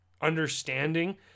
understanding